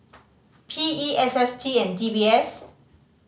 P E S S T and D B S